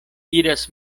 iras